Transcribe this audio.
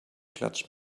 klatscht